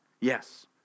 Yes